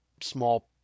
small